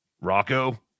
rocco